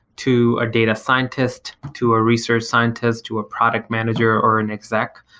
to a data scientist, to a research scientist, to a product manager or an exec.